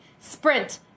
Sprint